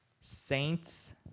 Saints